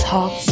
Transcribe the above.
Talk